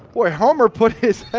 boy, homer put his